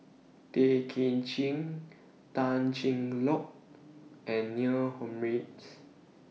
Tay Kay Chin Tan Cheng Lock and Neil Humphreys